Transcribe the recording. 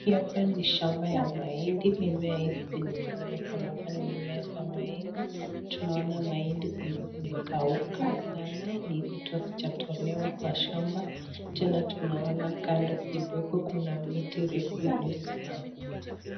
Hii hapa ni shamba ya mahindi. Mimea hizi zenye zinaonekana hapa ni mimea za mahindi. Tunaona mahindi zenye zimekauka sana ni ile tu hazijatolewa kwa shamba tena tunaona kando kidogo kuna miti mirefu iliyosimama.